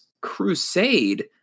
crusade